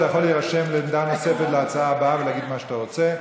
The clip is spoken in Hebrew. אתה יכול להירשם לעמדה נוספת להצעה הבאה ולהגיד מה שאתה רוצה.